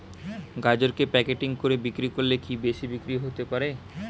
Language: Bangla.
গাজরকে প্যাকেটিং করে বিক্রি করলে কি বেশি বিক্রি হতে পারে?